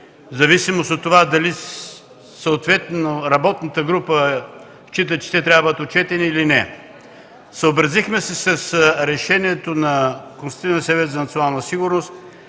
в зависимост от това дали работната група счита, че трябва да бъдат отчетени или не. Съобразихме с решението на Консултативния съвет за национална сигурност